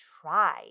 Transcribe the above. try